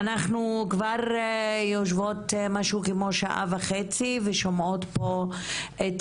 אנחנו כבר יושבות פה משהו כמו שעה וחצי ושומעות פה את